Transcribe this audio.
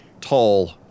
tall